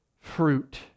fruit